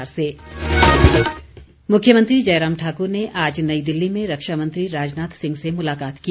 मुख्यमंत्री मुख्यमंत्री जयराम ठाकुर ने आज नई दिल्ली में रक्षामंत्री राजनाथ सिंह से मुलाकात की